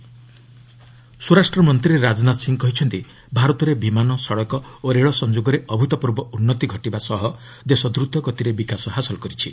ରାଜନାଥ ନଥି ଇଷ୍ଟ ସ୍ୱରାଷ୍ଟ୍ର ମନ୍ତ୍ରୀ ରାଜନାଥ ସିଂ କହିଛନ୍ତି ଭାରତରେ ବିମାନ ସଡ଼କ ଓ ରେଳ ସଂଯୋଗରେ ଅଭୃତ୍ପୂର୍ବ ଉନ୍ନତି ଘଟିବା ସହ ଦେଶ ଦ୍ରତଗତିରେ ବିକାଶ ହାସଲ କରିଛି